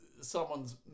someone's